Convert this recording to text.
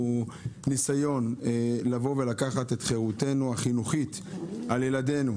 ניסיון לקחת את החירות שלנו בחינוך של ילדינו,